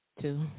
Two